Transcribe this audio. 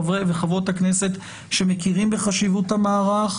חברי וחברות הכנסת שמכירים בחשיבות המערך,